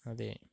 അതെ